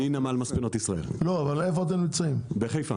אני גם חושב שכרגע הנמלים הפרטיים לא מוכנים עדיין בתשתיות ובהשקעות.